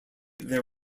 there